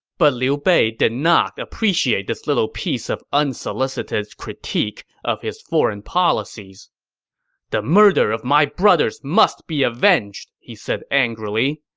but liu bei did not appreciate this little piece of unsolicited critique of his foreign policies the murder of my brothers must be avenged! he said angrily.